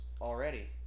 already